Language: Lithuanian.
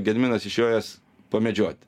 gediminas išjojęs pamedžiot